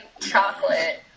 chocolate